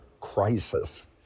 crisis